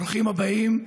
ברוכים הבאים,